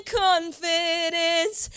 confidence